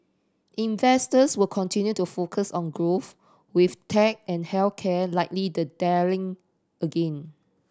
investors will continue to focus on growth with tech and health care likely the darling again